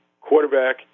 Quarterback